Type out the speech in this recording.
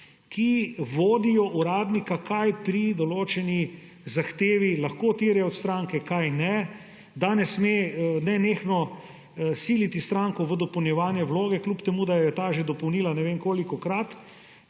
ki vodijo uradnika, kaj pri določeni zahtevi lahko terja od stranke, česa ne, da ne sme nenehno siliti stranke v dopolnjevanje vloge, čeprav jo je ta že dopolnila ne vem kolikokrat;